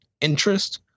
interest